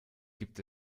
gibt